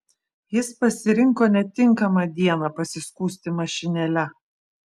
jis pasirinko netinkamą dieną pasiskųsti mašinėle